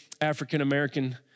African-American